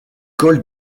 col